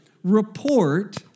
report